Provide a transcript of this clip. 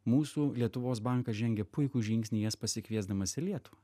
mūsų lietuvos bankas žengė puikų žingsnį jas pasikviesdamas į lietuvą